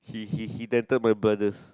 he he he dented my brothers